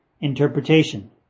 interpretation